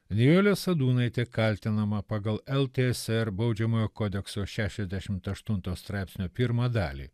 nijolė sadūnaitė kaltinama pagal el tė es er baudžiamojo kodekso šešiasdešimt aštunto straipsnio pirmą dalį